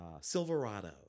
Silverado